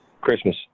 Christmas